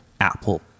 Apple